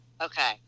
Okay